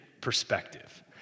perspective